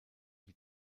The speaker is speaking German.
die